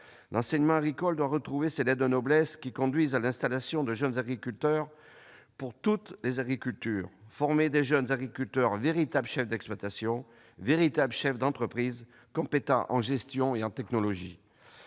l'enseignement agricole retrouvera ses lettres de noblesse en conduisant à l'installation de jeunes agriculteurs pour toutes les agricultures, en formant de jeunes agriculteurs qui soient de véritables chefs d'exploitation, des chefs d'entreprise compétents en gestion et en technologie.